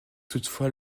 toutefois